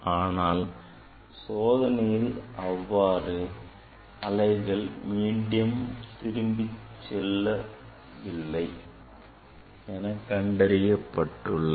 ஆனால் சோதனையில் இவ்வாறு அலைகள் மீண்டும் திரும்பிச் செல்வதில்லை என்று கண்டறியப்பட்டுள்ளது